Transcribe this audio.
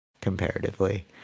Comparatively